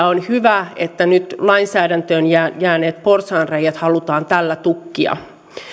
on hyvä että nyt lainsäädäntöön jääneet porsaanreiät halutaan tällä tukkia